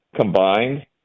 combined